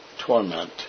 torment